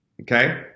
Okay